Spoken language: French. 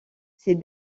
ces